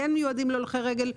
כן מיועדים להולכי רגל,